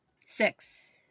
Six